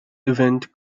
event